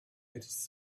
his